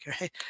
right